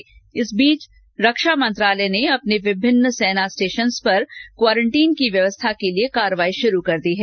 इस बीच इस बीच रक्षा मंत्रालय ने अपने विभिन्न सेना स्टेशन्स पर क्वारंटीन की व्यवस्था के लिए कार्यवाही शुरू कर दी है